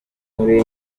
kuri